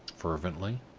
fervently.